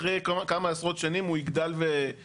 אחרי כמה עשרות שנים הוא יגדל ויהפוך --- בסדר,